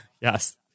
yes